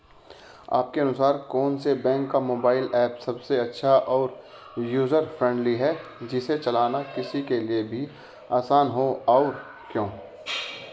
आपके अनुसार कौन से बैंक का मोबाइल ऐप सबसे अच्छा और यूजर फ्रेंडली है जिसे चलाना किसी के लिए भी आसान हो और क्यों?